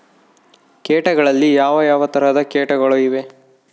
ಕೇಟಗಳಲ್ಲಿ ಯಾವ ಯಾವ ತರಹದ ಕೇಟಗಳು ಇವೆ?